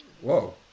Whoa